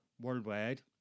worldwide